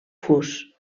fus